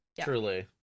Truly